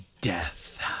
death